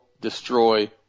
destroy